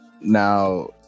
Now